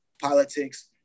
politics